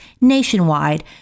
nationwide